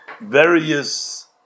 various